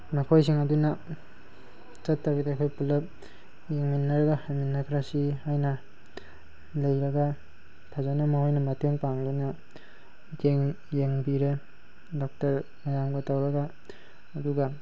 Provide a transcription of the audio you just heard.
ꯃꯈꯣꯏꯁꯤꯡ ꯑꯗꯨꯅ ꯆꯠꯇꯕꯤꯗ ꯑꯩꯈꯣꯏ ꯄꯨꯂꯞ ꯌꯦꯡꯃꯤꯟꯅꯔꯒ ꯍꯟꯃꯤꯟꯅꯈ꯭ꯔꯁꯤ ꯍꯥꯏꯅ ꯂꯩꯔꯒ ꯐꯖꯅ ꯃꯣꯏꯅ ꯃꯇꯦꯡ ꯄꯥꯡꯗꯨꯅ ꯌꯦꯡꯕꯤꯔꯦ ꯗꯣꯛꯇꯔ ꯃꯌꯥꯝꯒ ꯇꯧꯔꯒ ꯑꯗꯨꯒ